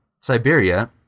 Siberia